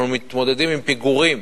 אנחנו מתמודדים עם פיגורים